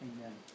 Amen